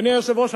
אדוני היושב-ראש,